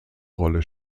rolle